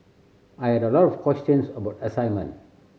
I had a lot of questions about assignment